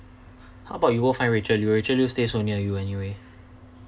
how bout you go find rachel liew rachel liew stay so near you anyway